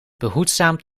behoedzaam